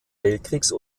weltkrieges